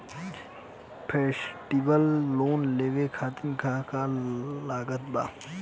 Festival loan लेवे खातिर का का लागत बा?